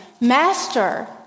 Master